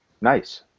Nice